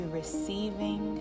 receiving